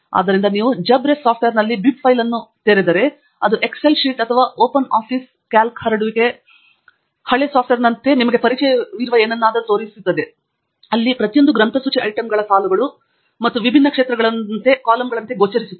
ಆದ್ದರಿಂದ ನೀವು JabRef ಸಾಫ್ಟ್ವೇರ್ನಲ್ಲಿ ಅದೇ ಬಿಬ್ ಫೈಲ್ ಅನ್ನು ತೆರೆದರೆ ಅದು ಎಕ್ಸೆಲ್ ಶೀಟ್ ಅಥವಾ ಓಪನ್ ಆಫೀಸ್ ಕ್ಯಾಲ್ಕ್ ಹರಡುವಿಕೆ ಹಾಳೆ ಸಾಫ್ಟ್ವೇರ್ನಂತಹ ನಿಮಗೆ ಪರಿಚಯವಿರುವ ಏನನ್ನಾದರೂ ತೋರುತ್ತಿದೆ ಅಲ್ಲಿ ಪ್ರತಿಯೊಂದು ಗ್ರಂಥಸೂಚಿ ಐಟಂಗಳು ಸಾಲುಗಳು ಮತ್ತು ವಿಭಿನ್ನ ಕ್ಷೇತ್ರಗಳಂತೆ ಕಾಲಮ್ಗಳಂತೆ ಗೋಚರಿಸುತ್ತವೆ